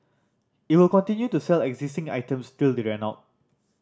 it will continue to sell existing items till they run out